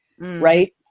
Right